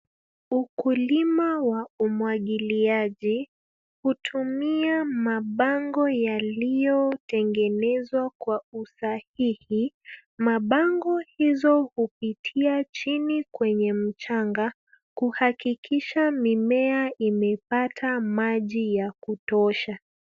Ukulima wa umwagiliaji hutumia mabomba yaliyotengenezwa kwa usahihi, mabomba hizo hupitia chini kwenye mchanga kuhakikisha mimea imepata maji ya kutosha.